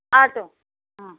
ஆகட்டும் ம்